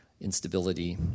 instability